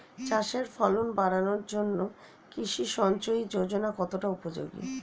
চাষের ফলন বাড়ানোর জন্য কৃষি সিঞ্চয়ী যোজনা কতটা উপযোগী?